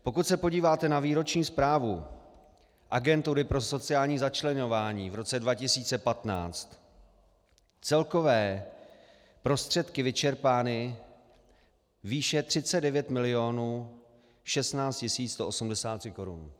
Pokud se podíváte na výroční zprávu Agentury pro sociální začleňování v roce 2015, celkové prostředky vyčerpány, výše 39 milionů 16 tisíc 183 korun.